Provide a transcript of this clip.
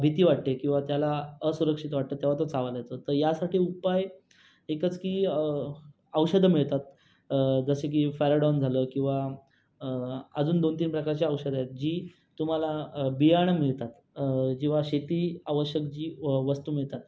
भीती वाटते किंवा त्याला असुरक्षित वाटतं तेव्हा तो चावायला येतो तर यासाठी उपाय एकच की औषधं मिळतात जसं की फॅरॅडॉन झालं किवा अजून दोन तीन प्रकारची औषधं आहेत जी तुम्हाला बियाणं मिळतात जिवा शेती आवश्यक जी वस्तू मिळतात